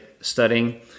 studying